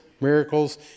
miracles